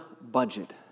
budget